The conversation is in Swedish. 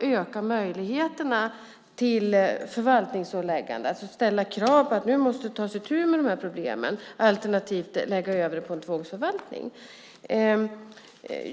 öka möjligheterna till förvaltningsåläggande - alltså ställa krav på att det nu måste tas itu med problemen, alternativt att man lägger över på en tvångsförvaltning.